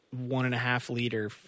one-and-a-half-liter